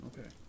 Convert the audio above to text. Okay